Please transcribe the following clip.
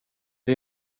det